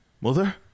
Mother